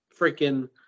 freaking